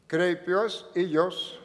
kreipiuos į jus